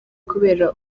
kubera